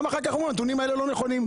אחר כך אתם אומרים שהנתונים לא נכונים.